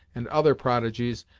and other prodigies,